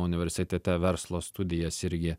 universitete verslo studijas irgi